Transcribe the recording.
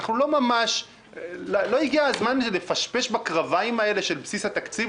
לא הגיע הזמן לפשפש בקרביים האלה של בסיס התקציב,